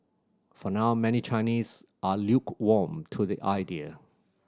for now many Chinese are lukewarm to the idea